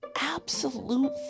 absolute